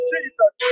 Jesus